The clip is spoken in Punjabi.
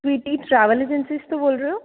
ਸਵਿਟੀ ਟਰੈਵਲ ਏਜੰਸਿਸ ਤੋਂ ਬੋਲ ਰਹੇ ਹੋ